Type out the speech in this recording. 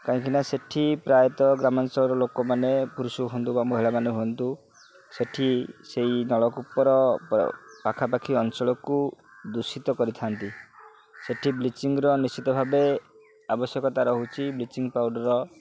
କାହିଁକି ନା ସେଇଠି ପ୍ରାୟତଃ ଗ୍ରାମାଞ୍ଚଳର ଲୋକମାନେ ପୁରୁଷ ହୁଅନ୍ତୁ ବା ମହିଳାମାନେ ହୁଅନ୍ତୁ ସେଇଠି ସେଇ ନଳକୂପର ପାଖାପାଖି ଅଞ୍ଚଳକୁ ଦୂଷିତ କରିଥାନ୍ତି ସେଇଠି ବ୍ଲିଚିଙ୍ଗର ନିଶ୍ଚିତ ଭାବେ ଆବଶ୍ୟକତା ରହୁଛି ବ୍ଲିଚିଂ ପାଉଡ଼ର